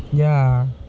ya